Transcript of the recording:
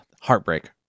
heartbreak